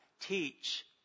teach